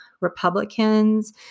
Republicans